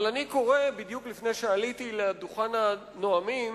אבל אני קורא, בדיוק לפני שעליתי לדוכן הנואמים,